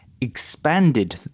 expanded